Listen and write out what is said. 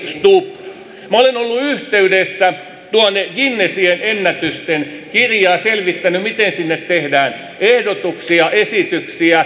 minä olen ollut yhteydessä guinnessin ennätysten kirjaan selvittänyt miten sinne tehdään ehdotuksia esityksiä